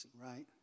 right